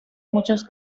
muchos